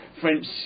French